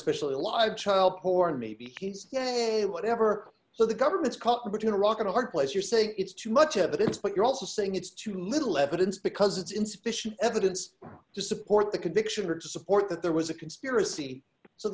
especially a lot of child porn maybe he's whatever so the government's caught between a rock and a hard place you're saying it's too much evidence but you're also saying it's too little evidence because it's insufficient evidence to support the conviction or to support that there was a conspiracy so